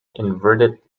inverted